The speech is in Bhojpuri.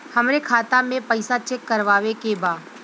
हमरे खाता मे पैसा चेक करवावे के बा?